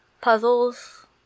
puzzles